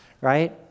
right